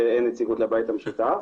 שאין נציגות לבית המשותף,